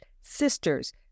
sisters